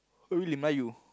who invite you